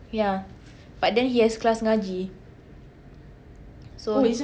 ya but then he has class ngaji so